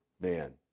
man